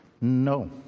No